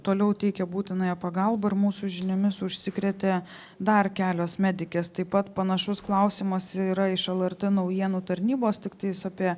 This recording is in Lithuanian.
toliau teikia būtinąją pagalbą ir mūsų žiniomis užsikrėtė dar kelios medikės taip pat panašus klausimas yra iš lrt naujienų tarnybos tiktais apie